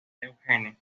eugene